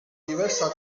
diversa